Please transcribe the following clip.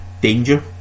danger